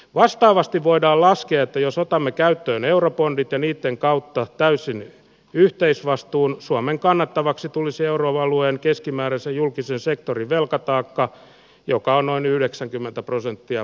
vastaavasti voidaan laskea jos otamme käyttöön eurobondit eniten kautta täysin yhteisvastuun suomen kannettavaksi tulisi euroalueen keskimääräisen julkisen sektorin velkataakka joka on noin yhdeksänkymmentä prosenttia